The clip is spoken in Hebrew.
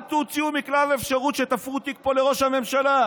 אל תוציאו מכלל אפשרות שתפרו תיק פה לראש הממשלה.